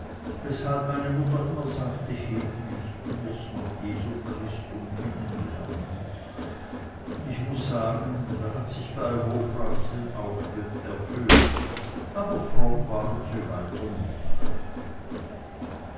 weshalb schon meine mutter immer sagte hedwig du wirst noch jesum christum erkennen lernen und ich muß sagen das hat sich bei hofrats denn auch erfüllt aber fromm waren sie weiter nich